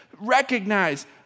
recognize